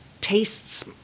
tastes